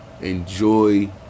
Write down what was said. Enjoy